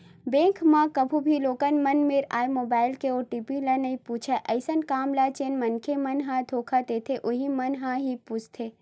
bank ह कभू भी लोगन मेरन आए मोबाईल के ओ.टी.पी ल नइ पूछय अइसन काम ल जेन मनखे मन ह धोखा देथे उहीं मन ह ही पूछथे